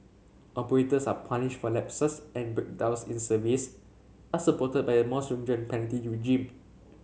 operators are punished for lapses and breakdowns in service and supported by a more stringent penalty regime